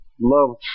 Love